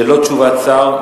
ללא תשובת שר,